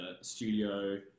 studio